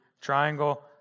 Triangle